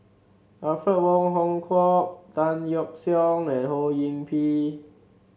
Alfred Wong Hong Kwok Tan Yeok Seong and Ho Yee Ping